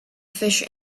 fish